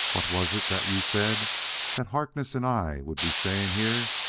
what was it that you said that harkness and i would be staying here?